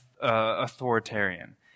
authoritarian